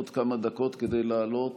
עוד כמה דקות כדי לעלות